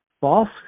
false